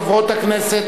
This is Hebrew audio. חברות הכנסת,